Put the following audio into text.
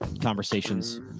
conversations